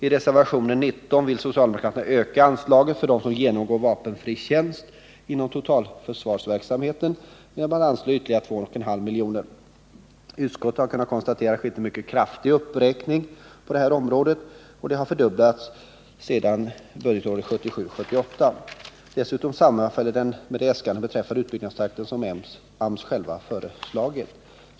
I reservationen 19 vill socialdemokraterna genom att anslå ytterligare 2,5 milj.kr. öka anslaget till dem som genomgår vapenfri tjänsteplikt inom totalförsvarsverksamheten. Utskottet har kunnat konstatera att det har skett en mycket kraftig uppräkning på det här området. Den har fördubblats sedan 1977/78. Dessutom sammanfaller uppräkningen med de äskanden beträffande utbildningstakten som AMS själv har föreslagit.